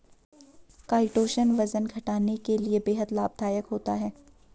chitosan वजन घटाने के लिए बेहद लाभदायक होता है